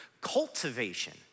Cultivation